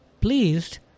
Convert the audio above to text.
Pleased